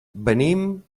venim